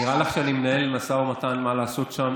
נראה לך שאני מנהל משא ומתן מה לעשות שם,